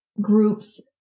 groups